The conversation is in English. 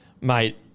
Mate